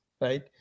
right